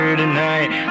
tonight